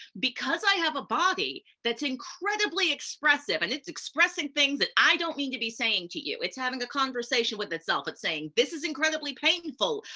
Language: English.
because i have a body that's incredibly expressive, and it's things that i don't mean to be saying to you, it's having a conversation with itself, it's saying, this is incredibly painful.